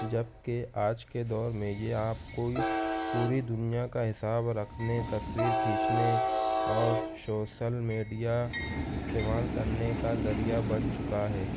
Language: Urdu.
جبکہ آج کے دور میں یہ آپ کوئی پوری دنیا کا حساب رکھنے تصویر کھینچنے اور شوسل میڈیا استعمال کرنے کا ذریعہ بن چکا ہے